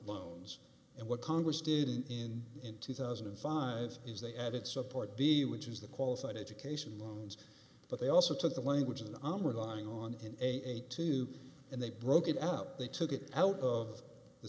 loans and what congress did in in two thousand and five is they added support the which is the qualified education loans but they also took the language and i'm relying on a two and they broke it out they took it out of the